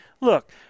look